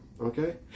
okay